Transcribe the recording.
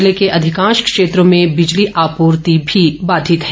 जिले के अधिकांश क्षेत्रों में बिजली आपूर्ति भी बाघित है